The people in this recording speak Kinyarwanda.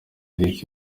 eric